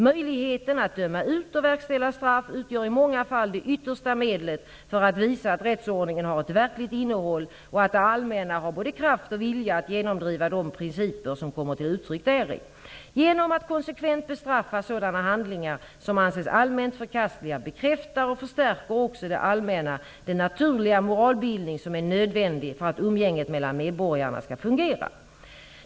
Möjligheten att döma ut och verkställa straff utgör i många fall det yttersta medlet för att visa att rättsordningen har ett verkligt innehåll och att det allmänna har både kraft och vilja att genomdriva de principer som kommer till uttryck däri. Genom att konsekvent bestraffa sådana handlingar som anses allmänt förkastliga bekräftar och förstärker också det allmänna den naturliga moralbildning som är nödvändig för att umgänget mellan medborgarna skall fungera.